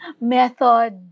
method